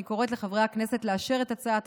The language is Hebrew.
אני קוראת לחברי הכנסת לאשר את הצעת